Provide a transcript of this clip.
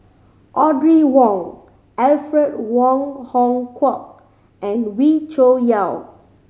Audrey Wong Alfred Wong Hong Kwok and Wee Cho Yaw